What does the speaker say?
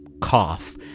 cough